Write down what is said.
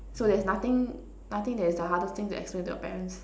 so there's nothing nothing that is the hardest thing to explain to your parents